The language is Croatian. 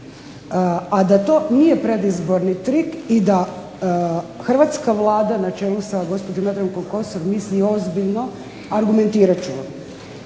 a da to nije predizborni trik i da hrvatska Vlada na čelu sa gospođom Jadrankom Kosor misli ozbiljno argumentirat ću vam.